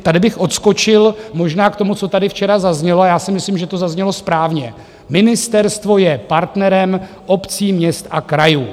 Tady bych odskočil možná k tomu, co tady včera zaznělo, a já si myslím, že to zaznělo správně, ministerstvo je partnerem obcí, měst a krajů.